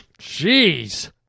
Jeez